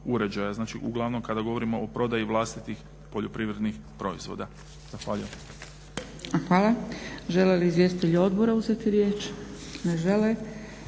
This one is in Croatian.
uglavnom kada govorimo o prodaji vlastitih poljoprivrednih proizvoda.